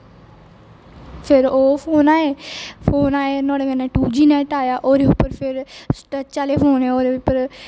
फिर ओह् फोन आए फोन आए नुआढ़े कन्ने टू जी नेट आया ओहदे उपर फिर टच आहले फोन आए ओहदे उप्पर